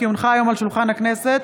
כי הונחה היום על שולחן הכנסת,